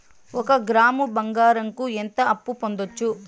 ఒక గ్రాము బంగారంకు ఎంత అప్పు పొందొచ్చు